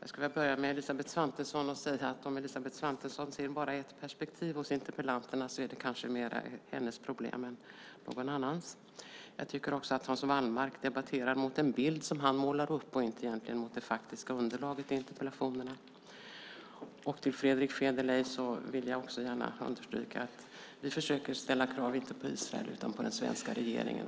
Jag skulle vilja börja med att säga till Elisabeth Svantesson att om hon bara ser ett perspektiv hos interpellanterna är det kanske mer hennes problem än någon annans. Jag tycker också att Hans Wallmark debatterar mot en bild som han målar upp och inte mot det faktiska underlaget i interpellationerna. Till Fredrick Federley vill jag gärna understryka att vi försöker ställa krav inte på Israel utan på den svenska regeringen.